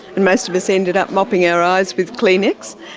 and most of us ended up mopping our eyes with kleenex,